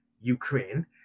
Ukraine